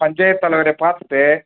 பஞ்சாயத்து தலைவரை பார்த்துட்டு